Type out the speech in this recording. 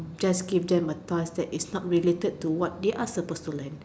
just give them a task that is not related to what they are supposed to learn